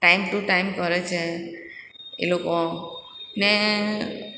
time to time કરે છે એ લોકો ને